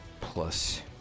plus